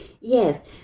Yes